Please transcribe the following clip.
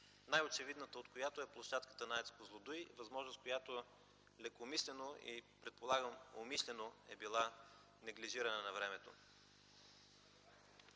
най-очевидната от която е площадката на АЕЦ „Козлодуй”, възможност, която лекомислено и предполагам умишлено е била неглижирана навремето.